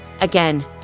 Again